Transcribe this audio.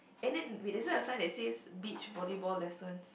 and then we doesn't assign there says beach volleyball lessons